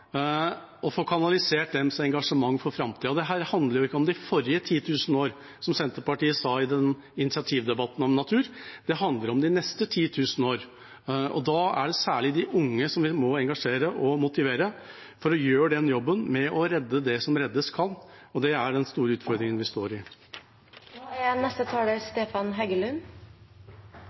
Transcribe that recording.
handler ikke om de forrige 10 000 år, som Senterpartiet sa i initiativdebatten om natur, det handler om de neste 10 000 år. Da er det særlig de unge vi må engasjere og motivere for å gjøre den jobben med å redde det som reddes kan. Det er den store utfordringen vi står